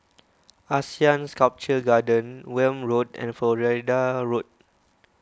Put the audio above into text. Asean Sculpture Garden Welm Road and Florida Road